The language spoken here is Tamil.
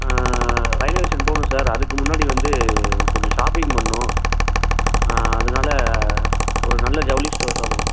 ரயில்வே ஸ்டேஷன் போகணும் சார் அதுக்கு முன்னாடி வந்து கொஞ்சம் ஷாப்பிங் பண்ணும் அதனால் ஒரு நல்ல ஜவுளி ஸ்டோர்ஸாக போங்க